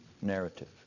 narrative